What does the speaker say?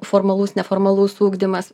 formalus neformalus ugdymas